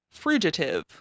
frugitive